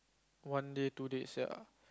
one day two days ya